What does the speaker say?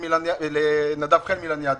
לנדב חן מלניאדו,